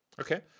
Okay